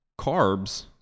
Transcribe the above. carbs